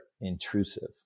intrusive